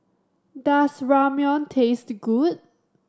does Ramyeon taste good